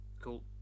Cool